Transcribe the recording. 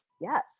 yes